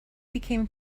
became